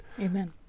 Amen